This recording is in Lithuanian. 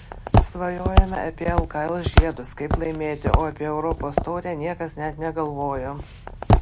svajojome apie lkl žiedus kaip laimėti o apie europos taurę niekas net negalvojo